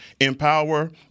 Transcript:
empower